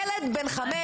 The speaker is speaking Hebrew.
ילד בן 5,